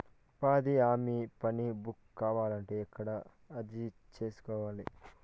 ఉపాధి హామీ పని బుక్ కావాలంటే ఎక్కడ అర్జీ సేసుకోవాలి?